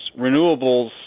renewables